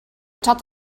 taught